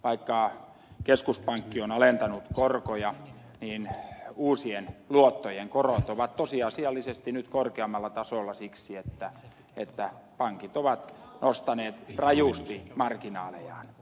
vaikka keskuspankki on alentanut korkoja niin uusien luottojen korot ovat tosiasiallisesti nyt korkeammalla tasolla siksi että pankit ovat nostaneet rajusti marginaalejaan